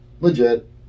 Legit